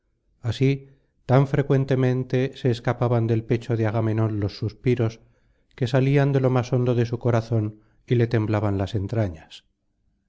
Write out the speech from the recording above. así tan frecuentemente se escapaban del pecho de agamenón los suspiros que salían de lo más hondo de su corazón y le temblaban las entrañas